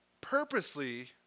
purposely –